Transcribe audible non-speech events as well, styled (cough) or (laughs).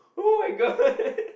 [oh]-my-god (laughs)